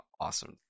awesome